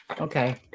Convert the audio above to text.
Okay